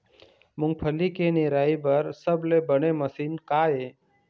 मूंगफली के निराई बर सबले बने मशीन का ये?